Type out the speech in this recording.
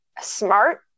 smart